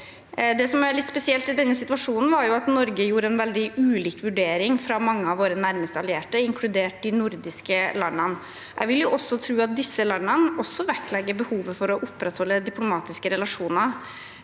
Det som er litt spesielt i denne situasjonen, var at Norge gjorde en veldig ulik vurdering fra mange av våre nærmeste allierte, inkludert de nordiske landene. Jeg vil tro at disse landene også vektlegger behovet for å opprettholde diplomatiske relasjoner.